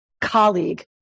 colleague